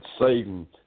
Satan